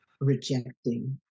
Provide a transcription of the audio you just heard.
rejecting